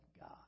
God